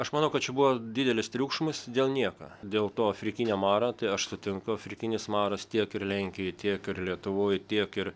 aš manau kad čia buvo didelis triukšmas dėl nieko dėl to afrikinio maro tai aš sutinku afrikinis maras tiek ir lenkijoj tiek ir lietuvoj tiek ir